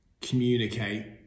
communicate